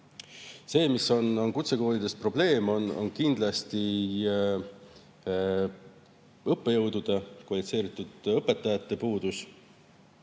ettevõtetes. Kutsekoolide probleem on kindlasti õppejõudude, kvalifitseeritud õpetajate puudus.